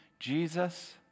Jesus